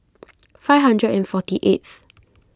five hundred and forty eighth